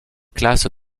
classes